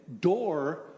door